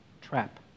trap